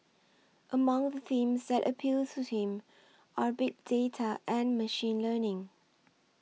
among the themes that appeal to him are big data and machine learning